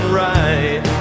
right